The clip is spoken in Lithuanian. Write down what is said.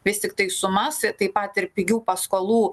vis tiktai sumas taip pat ir pigių paskolų